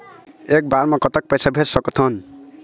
एक बार मे कतक पैसा भेज सकत हन?